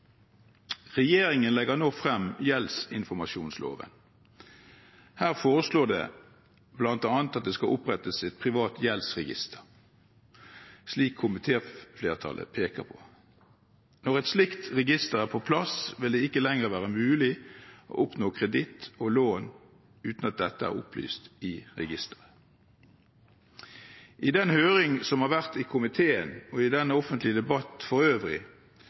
Regjeringen legger nå frem gjeldsinformasjonsloven. Her foreslås det bl.a. at det skal opprettes et privat gjeldsregister, slik komitéflertallet peker på. Når et slikt register er på plass, vil det ikke lenger være mulig å oppnå kreditt og lån uten at dette er opplyst i registeret. I den høringen som har vært i komiteen, og i den offentlige debatt for øvrig,